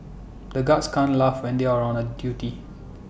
the guards can't laugh when they are on duty